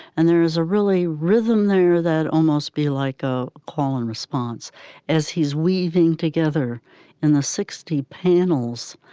and there is a really rhythm there that almost be like a call and response as he's weaving together in the sixty panels.